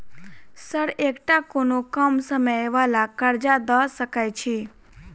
Sir एकटा कोनो कम समय वला कर्जा दऽ सकै छी?